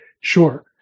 Sure